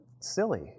silly